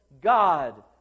God